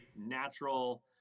natural